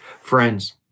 Friends